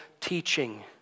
teaching